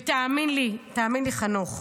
ותאמין לי, תאמין לי, חנוך.